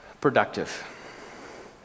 productive